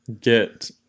get